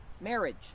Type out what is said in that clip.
marriage